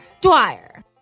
Dwyer